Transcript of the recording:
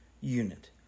Unit